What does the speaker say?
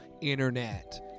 internet